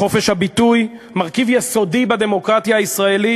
חופש הביטוי הוא מרכיב יסודי בדמוקרטיה הישראלית.